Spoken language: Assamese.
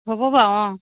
হ'ব বাৰু অঁ